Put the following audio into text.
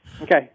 Okay